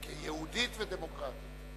כיהודית ודמוקרטית.